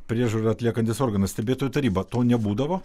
priežiūrą atliekantis organas stebėtojų taryba to nebūdavo